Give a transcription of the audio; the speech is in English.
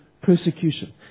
persecution